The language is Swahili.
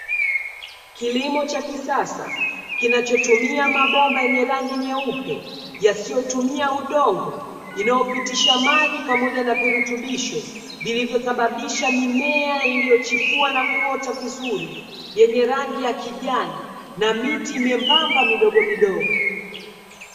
Kilimo cha kisasa, kinachotumia mabomba yenye rangi nyeupe, yasiyotumia udongo, inayopitisha maji pamoja na virutubisho vilivyosababisha mimea iliyochipua na kuota vizuri, yenye rangi ya kijani na miti myembamba midogomidogo.